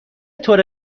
طور